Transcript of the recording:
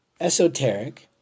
esoteric